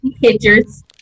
pictures